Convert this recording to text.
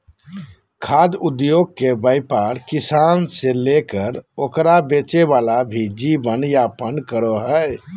खाद्य उद्योगके व्यापार किसान से लेकर ओकरा बेचे वाला भी जीवन यापन करो हइ